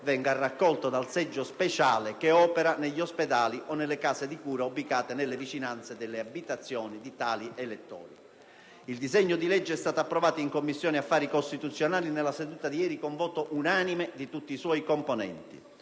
venga raccolto dal seggio speciale che opera negli ospedali o case di cura ubicate nelle vicinanze delle abitazioni di tali elettori. Il disegno di legge è stato approvato in Commissione affari costituzionali nella seduta di ieri con il voto unanime di tutti i suoi componenti.